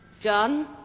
John